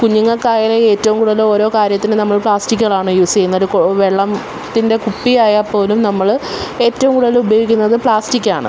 കുഞ്ഞുങ്ങൾക്കായാലും ഏറ്റവും കൂടുതൽ ഓരോ കാര്യത്തിനും നമ്മള് പ്ലാസ്റ്റിക്ക്കളാണ് യൂസ് ചെയ്യുന്നൊരു വെള്ളം ത്തിന്റെ കുപ്പി ആയാൽ പോലും നമ്മൾ ഏറ്റവും കൂടുതൽ ഉപയോഗിക്കുന്നത് പ്ലാസ്റ്റിക്കാണ്